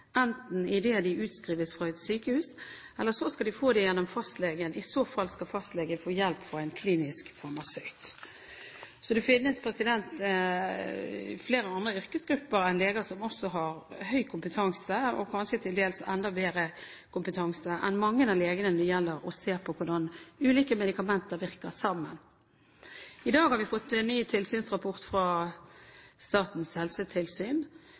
enten idet de utskrives fra et sykehus, eller gjennom fastlegen. I så fall skal fastlegen få hjelp av en klinisk farmasøyt. Det finnes flere andre yrkesgrupper enn leger som har høy kompetanse, og kanskje til dels enda bedre kompetanse enn mange av legene det gjelder, i å se på hvordan ulike medikamenter virker sammen. I dag har vi fått en ny tilsynsrapport fra Statens helsetilsyn,